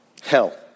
Hell